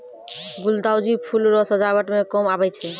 गुलदाउदी फूल रो सजावट मे काम आबै छै